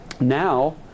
Now